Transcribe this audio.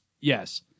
Yes